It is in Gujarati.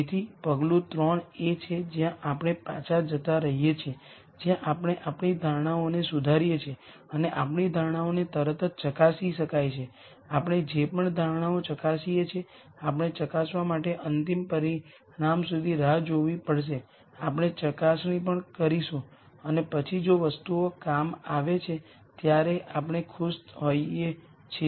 તેથી પગલું 3 એ છે જ્યાં આપણે પાછા જતા રહીએ છીએ જ્યાં આપણે આપણી ધારણાઓને સુધારીએ છીએ અને આપણી ધારણાઓને તરત જ ચકાસી શકાય છે આપણે જે પણ ધારણાઓ ચકાસીએ છીએ આપણે ચકાસવા માટે અંતિમ પરિણામ સુધી રાહ જોવી પડશે આપણે ચકાસણી કરીશું અને પછી જો વસ્તુઓ કામ આવે છે ત્યારે આપણે ખુશ હોઈએ છીએ